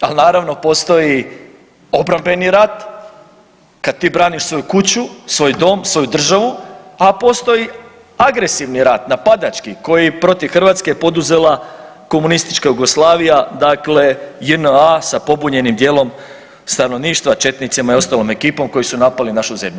Ali naravno postoji obrambeni rat kad ti braniš svoju kuću, svoj dom, svoju državu, a postoji agresivni rat, napadački koji je protiv Hrvatske poduzela komunistička Jugoslavija, dakle JNA sa pobunjenim dijelom stanovništva, četnicima i ostalom ekipom koji su napali našu zemlju.